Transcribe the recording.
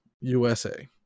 USA